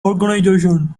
organization